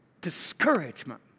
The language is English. discouragement